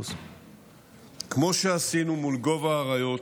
כמו שעשינו מול גוב האריות,